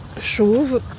chauve